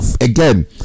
again